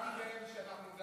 אמרתי שאנחנו גם